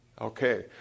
Okay